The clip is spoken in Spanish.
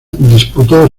disputó